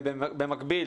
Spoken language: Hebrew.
במקביל,